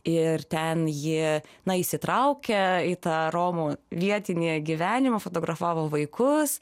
ir ten ji na įsitraukę į tą romų vietinį gyvenimą fotografavo vaikus